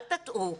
אל תטעו,